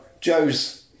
Joe's